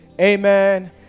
amen